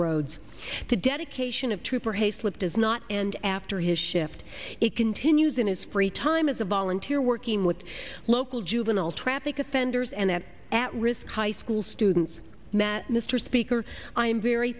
roads the dedication of trooper hayslip does not end after his shift it continues in his free time as a volunteer working with local juvenile traffic offenders and at at risk high school students met mr speaker i am very